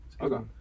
Okay